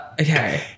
okay